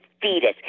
fetus